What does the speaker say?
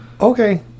Okay